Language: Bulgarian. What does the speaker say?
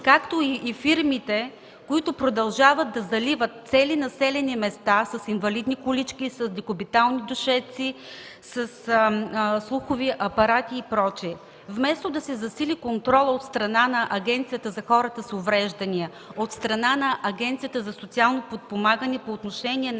както и на фирмите, които продължават да заливат цели населени места с инвалидни колички, с антидекубитални дюшеци, със слухови апарати и прочие. Вместо да се засили контролът от страна на Агенцията за хората с увреждания, от страна на Агенцията за социално подпомагане по отношение на